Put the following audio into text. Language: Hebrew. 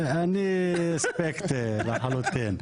אני סקפטי לחלוטין.